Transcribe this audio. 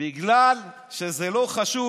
בגלל שזה לא חשוב.